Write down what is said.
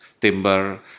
timber